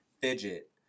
Fidget